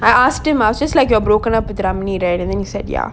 I asked him I was just like broken up with ramley there and then he said ya